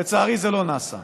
לצערי, זה לא נעשה.